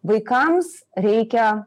vaikams reikia